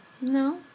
No